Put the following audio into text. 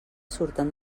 surten